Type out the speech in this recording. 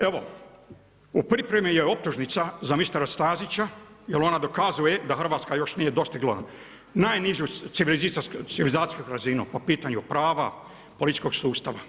Evo, u pripremi je optužnica za mistera Stazića jer ona dokazuje da Hrvatska još nije dostigla, najnižu civilizacijsku razinu, po pitanju prava, političkog sustava.